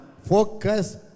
Focus